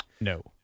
No